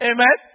Amen